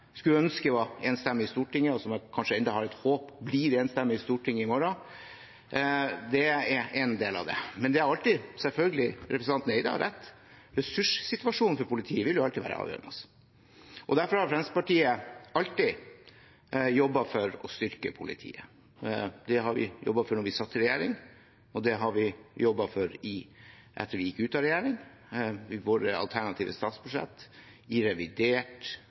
som jeg kanskje ennå har et håp om blir et enstemmig vedtak i Stortinget i morgen, er en del av det. Men representanten Eide har selvfølgelig rett, ressurssituasjonen for politiet vil alltid være avgjørende. Derfor har Fremskrittspartiet alltid jobbet for å styrke politiet. Det jobbet vi for da vi satt i regjering, og det har vi jobbet for etter at vi gikk ut av regjering, i våre alternative statsbudsjett, i revidert